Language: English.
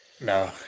no